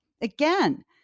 Again